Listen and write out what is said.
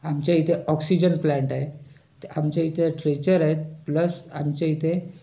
आमच्या इथे oxygen plant आहे आमच्या इथे ट्रेचर आहेत प्लस आमच्या इथे